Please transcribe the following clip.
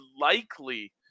likely